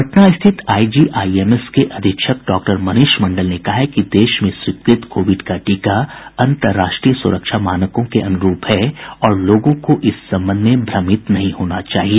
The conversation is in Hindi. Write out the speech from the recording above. पटना स्थित आईजीआईएमएस के अधीक्षक डॉक्टर मनीष मंडल ने कहा है कि देश में स्वीकृत कोविड का टीका अन्तर्राष्ट्रीय सुरक्षा मानकों के अनुरूप है और लोगों को इस संबंध में भ्रमित नहीं होना चाहिए